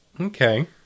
Okay